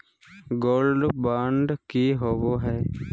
Gold bond की होबो है?